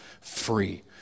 free